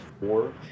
four